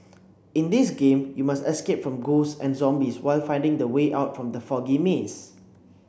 in this game you must escape from ghosts and zombies while finding the way out from the foggy maze